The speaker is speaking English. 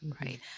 Right